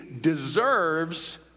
deserves